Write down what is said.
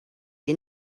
dvd